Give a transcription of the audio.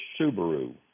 Subaru